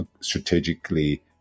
strategically